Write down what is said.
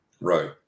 Right